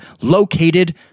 located